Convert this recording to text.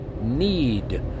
need